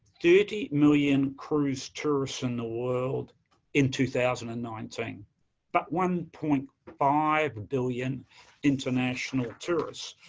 thirty million cruise tourists in the world in two thousand and nineteen but one point five billion international tourists.